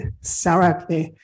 Sarah